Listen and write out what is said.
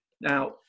Now